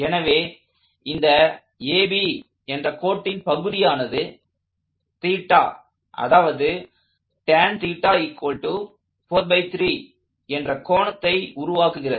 எனவே இந்த AB என்ற கோட்டின் பகுதியானது 𝜭 அதாவது tan 𝜭 43 என்ற கோணத்தை உருவாக்குகிறது